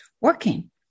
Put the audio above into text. working